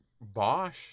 Bosch